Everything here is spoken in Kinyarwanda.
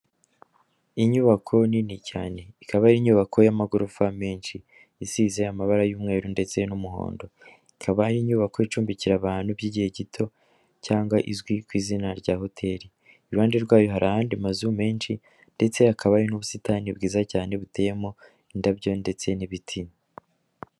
Inyubako nini cyane ikaba ari inyubako y'amagorofa menshi, isize amabara y'umweru ndetse n'umuhondo ikaba inyubako icumbikira abantu by'igihe gito cyangwa izwi ku izina rya hoteri, iruhande rwayo hari ayandi mazu menshi ndetse hakaba ari n'ubusitani bwiza cyane buteyemo indabyo ndetse n'ibiti.